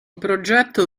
progetto